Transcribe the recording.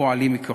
פועלים מכוחו.